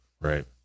Right